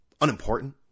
unimportant